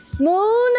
Moon